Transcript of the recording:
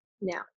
now